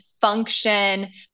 function